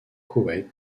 koweït